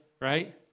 right